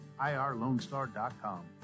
irlonestar.com